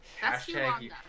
hashtag